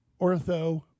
Ortho